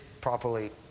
properly